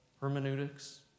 hermeneutics